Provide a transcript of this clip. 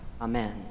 Amen